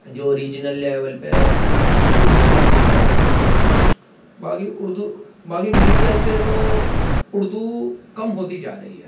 جو regional level پہ اردو میں پرنٹ کرتے ہیں باقی اردو باقی میڈیا سے تو اردو کم ہوتی جا رہی ہے